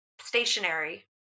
stationary